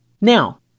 Now